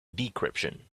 decryption